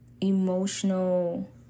emotional